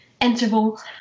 interval